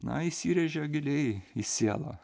na įsirėžė giliai į sielą